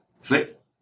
flip